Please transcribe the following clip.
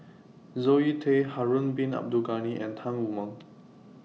Zoe Tay Harun Bin Abdul Ghani and Tan Wu Meng